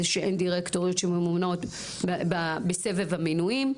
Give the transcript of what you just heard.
שאין דירקטוריות שממונות בסבב המינויים,